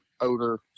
odor